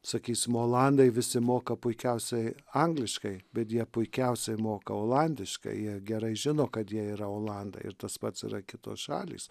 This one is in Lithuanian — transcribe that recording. sakysim olandai visi moka puikiausiai angliškai bet jie puikiausiai moka olandiškai jie gerai žino kad jie yra olandai ir tas pats yra kitos šalys